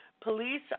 Police